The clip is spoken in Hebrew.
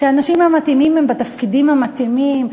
שהאנשים המתאימים הם בתפקידים המתאימים.